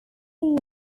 season